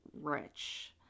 rich